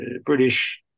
British